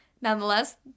nonetheless